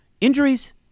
Injuries